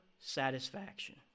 satisfaction